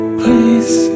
please